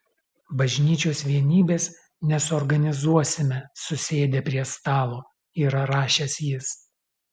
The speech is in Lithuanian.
bažnyčios vienybės nesuorganizuosime susėdę prie stalo yra rašęs jis